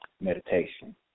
meditation